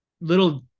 little